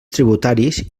tributaris